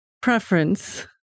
preference